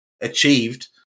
achieved